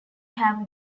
have